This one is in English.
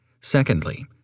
Secondly